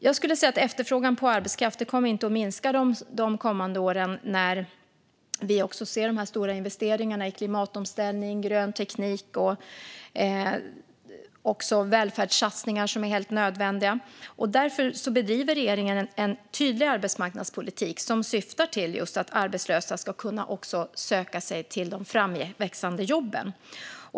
Jag skulle säga: Efterfrågan på arbetskraft kommer inte att minska de kommande åren när vi ser de stora investeringarna i klimatomställning och grön teknik och också välfärdssatsningar som är helt nödvändiga. Därför bedriver regeringen en tydlig arbetsmarknadspolitik som syftar till att arbetslösa ska kunna söka sig till de framväxande jobben.